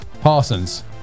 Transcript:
Parsons